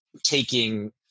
taking